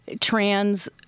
trans